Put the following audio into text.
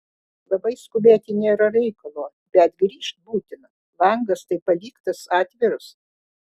labai skubėti nėra reikalo bet grįžt būtina langas tai paliktas atviras